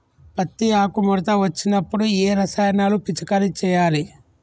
పత్తి ఆకు ముడత వచ్చినప్పుడు ఏ రసాయనాలు పిచికారీ చేయాలి?